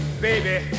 baby